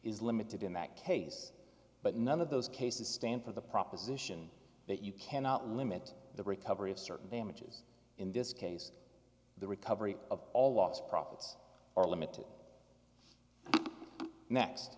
is limited in that case but none of those cases stand for the proposition that you cannot limit the recovery of certain damages in this case the recovery of all lost profits are limited next